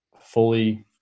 fully